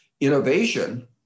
innovation